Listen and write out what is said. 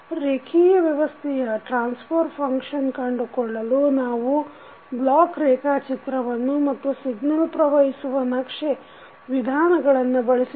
ರೇಖಿಯ ವ್ಯವಸ್ಥೆಯ transfer function ಕಂಡುಕೊಳ್ಳಲು ನಾವು ಬ್ಲಾಕ್ ರೇಖಾಚಿತ್ರವನ್ನು ಮತ್ತು ಸಿಗ್ನಲ್ ಪ್ರವಹಿಸುವ ನಕ್ಷೆ ವಿಧಾನಗಳನ್ನು ಬಳಸಿದೆವು